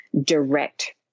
direct